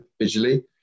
visually